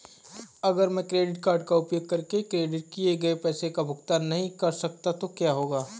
अगर मैं credit card का उपयोग करके क्रेडिट किए गए पैसे का भुगतान नहीं कर सकता तो क्या होगा?